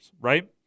right